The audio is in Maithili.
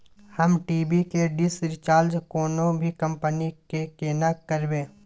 हम टी.वी के डिश रिचार्ज कोनो भी कंपनी के केना करबे?